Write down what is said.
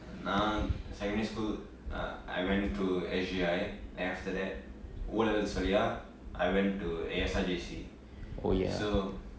நா:naa secondary school uh I I went to S_J_I then after that O levels வழியா:valiyaa went to A_S_R J_C so